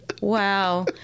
Wow